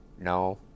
No